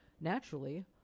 naturally